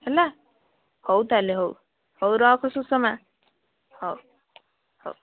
ହେଲା ହଉ ତା'ହେଲେ ହଉ ହଉ ରଖ ସୁଷମା ହଉ ହଉ